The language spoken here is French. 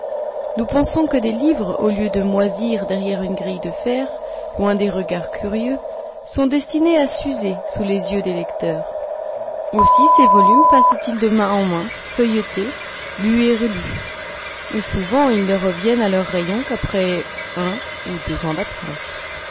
nous pensons que des livres au lieu de moisir derrière une grille de fer loin des regards curieux sont destinés à s'user sous les yeux des lecteurs aussi ces volumes passent ils de main en main feuilletés lus et relus et souvent ils ne reviennent à leur rayon qu'après un an ou deux d'absence